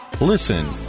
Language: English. Listen